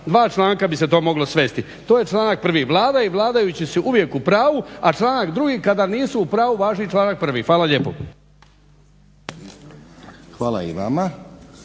dva članka bi se to moglo svesti. To je članak 1. Vlada i vladajući su uvijek u pravu, a članak 2. Kada nisu u pravu, važi članak 1. Hvala lijepo. **Stazić,